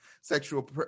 sexual